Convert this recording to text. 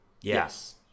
Yes